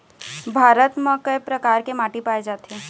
भारत म कय प्रकार के माटी पाए जाथे?